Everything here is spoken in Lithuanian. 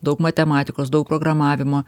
daug matematikos daug programavimo